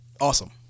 awesome